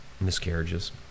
Miscarriages